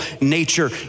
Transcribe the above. nature